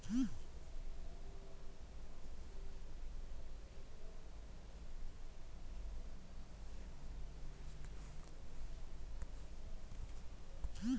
post harvest technology ತೋಟಗಾರಿಕೆ ಬೆಳೆ ಉತ್ಪನ್ನದ ಸಂಸ್ಕರಣೆ ಮತ್ತು ಸಂರಕ್ಷಣೆಗೆ ಸಂಬಂಧಿಸಯ್ತೆ